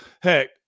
Heck